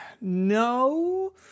no